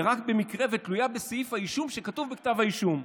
ורק במקרה שהיא תלויה בסעיף האישום שכתוב בכתב האישום.